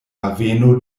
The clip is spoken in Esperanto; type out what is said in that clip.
haveno